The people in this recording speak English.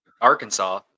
Arkansas